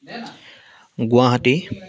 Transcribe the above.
Guwahati